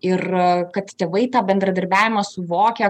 ir kad tėvai tą bendradarbiavimą suvokia